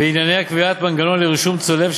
ועניינה: קביעת מנגנון לרישום צולב,